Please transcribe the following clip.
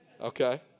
okay